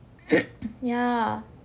yeah